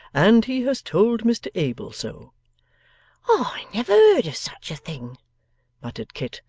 and he has told mr abel so i never heard of such a thing muttered kit,